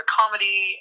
comedy